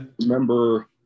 remember